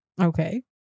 Okay